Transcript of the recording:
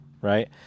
Right